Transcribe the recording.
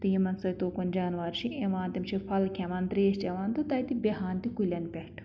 تہٕ یِمن سۭتۍ چھِ تُکن جانور چھِ یوان تِم چھِ پھل کھیٚوان تریش چیٚوان تہٕ تَتہِ بیٚہوان تہِ کُلٮ۪ن پٮ۪ٹھ